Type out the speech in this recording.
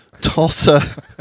Tulsa